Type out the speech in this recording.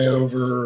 over